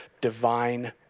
divine